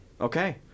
Okay